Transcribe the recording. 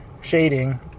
shading